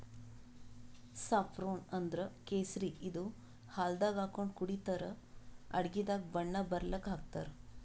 saffron ಅಂದ್ರ ಕೇಸರಿ ಇದು ಹಾಲ್ದಾಗ್ ಹಾಕೊಂಡ್ ಕುಡಿತರ್ ಅಡಗಿದಾಗ್ ಬಣ್ಣ ಬರಲಕ್ಕ್ ಹಾಕ್ತಾರ್